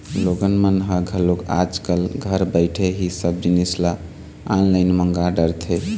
लोगन मन ह घलोक आज कल घर बइठे ही सब जिनिस ल ऑनलाईन मंगा डरथे